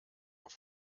auf